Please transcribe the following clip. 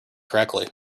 correctly